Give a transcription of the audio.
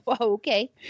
okay